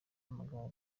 w’amagare